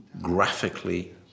graphically